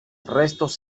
restos